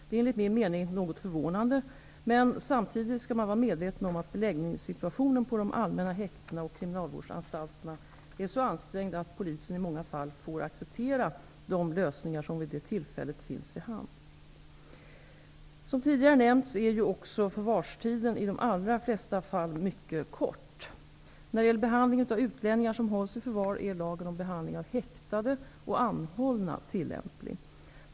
Det är enligt min mening något förvånande, men samtidigt skall man vara medveten om att beläggningssituationen på de allmänna häktena och kriminalvårdsanstalterna är så ansträngd att polisen i många fall får acceptera de lösningar som vid det tillfället finns till hands. Som tidigare nämnts är ju också förvarstiden i de allra flesta fall mycket kort. När det gäller behandlingen av utlänningar som hålls i förvar är lagen om behandlingen av häktade och anhållna tillämplig.